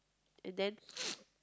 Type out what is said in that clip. and then